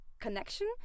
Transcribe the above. connection